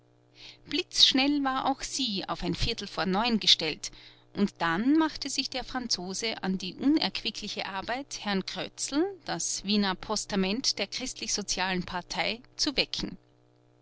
blitzschnell war auch sie auf ein viertel vor neun gestellt und dann machte sich der franzose an die unerquickliche arbeit herrn krötzl das wiener postament der christlichsozialen partei zu wecken